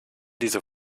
diese